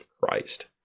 Christ